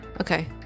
Okay